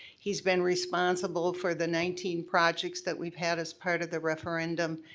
he's been responsible for the nineteen projects that we've had as part of the referendum,